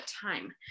time